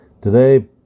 Today